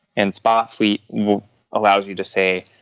and spot fleet allows you to say,